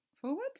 forward